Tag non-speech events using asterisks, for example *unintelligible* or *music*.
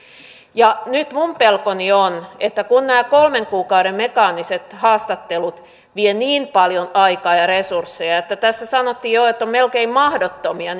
nyt minun pelkoni on kun nämä kolmen kuukauden mekaaniset haastattelut vievät niin paljon aikaa ja resursseja että tässä sanottiin jo että ovat melkein mahdottomia *unintelligible*